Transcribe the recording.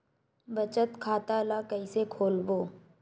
बचत खता ल कइसे खोलबों?